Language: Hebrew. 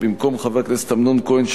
במקום חבר הכנסת אמנון כהן,